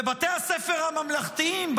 בבתי הספר הממלכתיים,